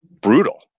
brutal